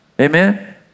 Amen